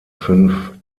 fünf